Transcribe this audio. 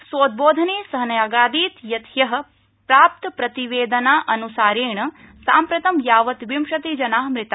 स्व उद्रोधने स न्यगादीत् यत् द्य प्राप्त प्रतिवेदनानुरूपेण साम्प्रतं यावत् विंशति जना मृता